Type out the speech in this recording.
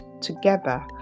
Together